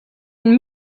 une